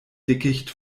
dickicht